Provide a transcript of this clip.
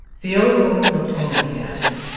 the old woman looked angrily at him,